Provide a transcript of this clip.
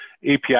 API